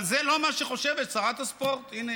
אבל זה לא מה שחושבת שרת הספורט הינה,